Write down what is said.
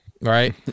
right